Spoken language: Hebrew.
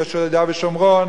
יהודה ושומרון,